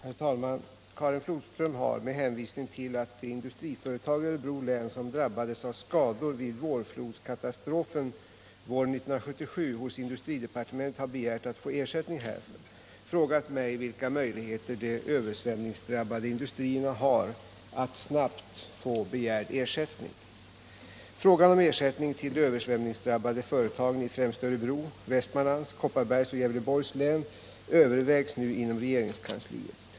Herr talman! Karin Flodström har — med hänvisning till att de industriföretag i Örebro län som drabbades av skador vid vårflodskatastrofen våren 1977 hos industridepartementet har begärt att få ersättning härför — frågat mig vilka möjligheter de översvämningsdrabbade industrierna har att snabbt få begärd ersättning. Frågan om ersättning till de översvämningsdrabbade företagen i främst Örebro, Västmanlands, Kopparbergs och Gävleborgs län övervägs nu inom regeringskansliet.